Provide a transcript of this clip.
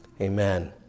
amen